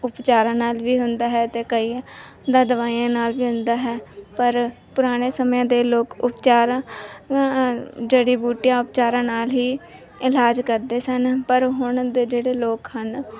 ਉਪਚਾਰਾਂ ਨਾਲ ਵੀ ਹੁੰਦਾ ਹੈ ਅਤੇ ਕਈ ਦਾ ਦਵਾਈਆਂ ਨਾਲ ਵੀ ਹੁੰਦਾ ਹੈ ਪਰ ਪੁਰਾਣੇ ਸਮਿਆਂ ਦੇ ਲੋਕ ਉਪਚਾਰਾਂ ਜੜੀ ਬੂਟੀਆਂ ਉਪਚਾਰਾਂ ਨਾਲ ਹੀ ਇਲਾਜ ਕਰਦੇ ਸਨ ਪਰ ਹੁਣ ਦੇ ਜਿਹੜੇ ਲੋਕ ਹਨ